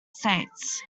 states